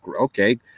Okay